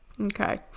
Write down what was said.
Okay